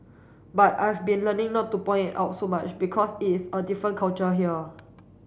but I've been learning not to point it out so much because it is a different culture here